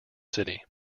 city